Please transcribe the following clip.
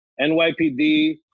NYPD